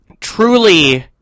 truly